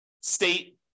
state